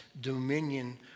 dominion